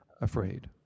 afraid